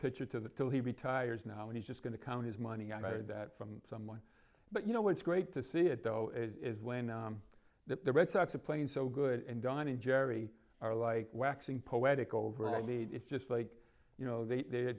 pitcher to the till he retires now and he's just going to count his money i heard that from someone but you know it's great to see it though is when that the red sox a plane so good and don and jerry are like waxing poetic over all the it's just like you know they had they're